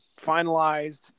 finalized